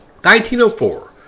1904